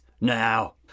now